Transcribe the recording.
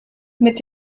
mit